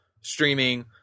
streaming